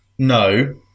No